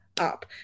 up